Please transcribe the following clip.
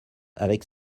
avec